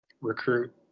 recruit